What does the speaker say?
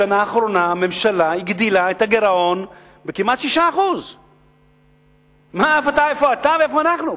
בשנה האחרונה הממשלה הגדילה את הגירעון בכמעט 6%. איפה אתה ואיפה אנחנו?